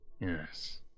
Yes